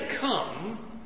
come